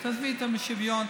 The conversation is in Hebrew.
תעזבי את השוויון.